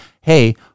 hey